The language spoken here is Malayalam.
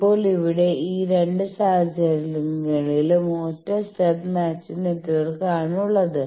ഇപ്പോൾ ഇവിടെ ഈ രണ്ട് സാഹചര്യങ്ങളിലും ഒറ്റ സ്റ്റബ് മാച്ചിംഗ് നെറ്റ്വർക്ക് ആണുള്ളത്